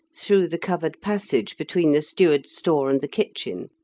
through the covered passage between the steward's store and the kitchen.